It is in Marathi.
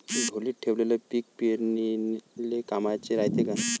ढोलीत ठेवलेलं पीक पेरनीले कामाचं रायते का?